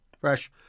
Fresh